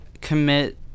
commit